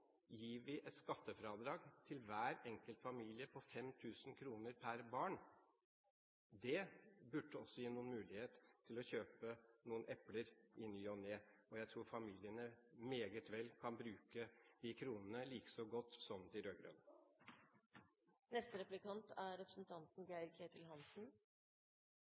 gir et skattefradrag til hver enkelt familie på 5 000 kr per barn. Det burde også gi noen mulighet til å kjøpe noen epler i ny og ne. Jeg tror familiene meget vel kan bruke de kronene like godt som de